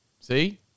See